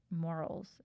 morals